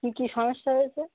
কী কী সমস্যা হয়েছে